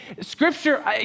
Scripture